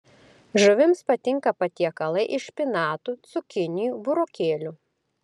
žuvims patinka patiekalai iš špinatų cukinijų burokėlių